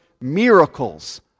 miracles